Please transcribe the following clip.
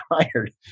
tired